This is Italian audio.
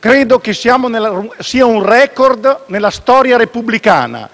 credo che sia un *record* nella storia repubblicana: